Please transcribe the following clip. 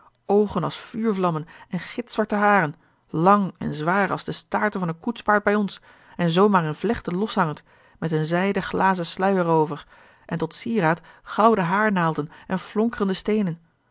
oogen als vuurvlammen en gitzwarte haren lang en zwaar als de staarten van een koetspaard bij ons en zoo maar in vlechten loshangend met een zijden gazen sluier er over en tot sieraad gouden haarnaalden en flonkerende steenen